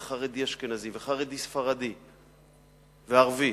וחרדי-אשכנזי, וחרדי-ספרדי וערבי?